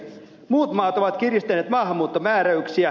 muut maat ovat kiristäneet maahanmuuttomääräyksiä